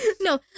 no